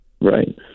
right